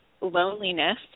loneliness